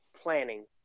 planning